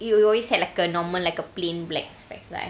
you always had like a normal like a plain black specs like